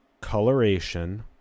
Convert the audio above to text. coloration